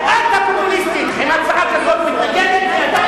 חבר הכנסת